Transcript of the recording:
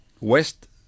west